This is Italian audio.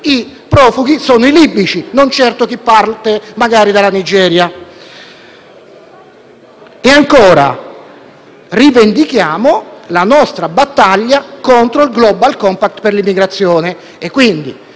i profughi sono i libici, non certo chi parte, magari, dalla Nigeria. Rivendichiamo, ancora, la nostra battaglia contro il *global compact* per l'immigrazione.